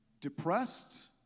depressed